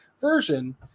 version